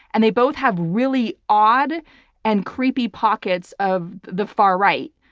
and they both have really odd and creepy pockets of the far right.